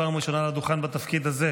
פעם ראשונה על הדוכן בתפקיד הזה.